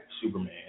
Superman